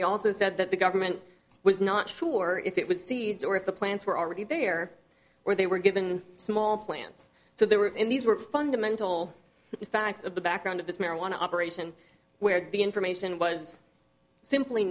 he also said that the government was not sure if it was seeds or if the plants were already there or they were given small plants so they were given these were fundamental facts of the background of this marijuana operation where the information was simply